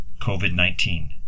COVID-19